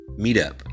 Meetup